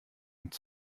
und